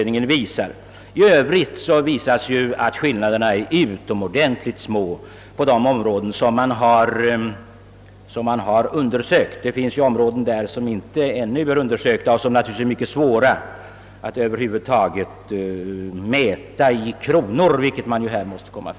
I övrigt var skillnaderna som sagt utomordentligt små mellan de undersökta områdena. Det finns områden som ännu inte är undersökta och för vilka det är mycket svårt att över huvud taget mäta dyrheten i kronor, såsom man ju här måste göra.